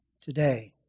Today